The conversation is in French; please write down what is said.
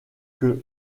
que